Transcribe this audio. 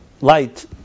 Light